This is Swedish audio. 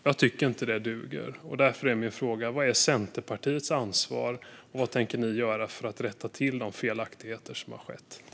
Jag tycker inte att det duger. Därför är min fråga: Vad är Centerpartiets ansvar, och vad tänker ni göra för att rätta till de felaktigheter som har skett?